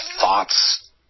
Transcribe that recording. thoughts